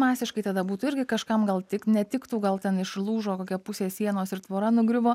masiškai tada būtų irgi kažkam gal tik netiktų gal ten išlūžo kokia pusė sienos ir tvora nugriuvo